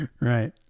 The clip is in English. Right